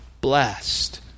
blessed